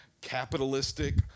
capitalistic